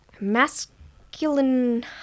Masculine